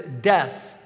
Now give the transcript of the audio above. death